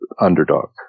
underdog